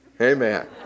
Amen